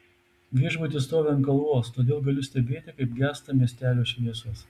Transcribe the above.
viešbutis stovi ant kalvos todėl galiu stebėti kaip gęsta miestelio šviesos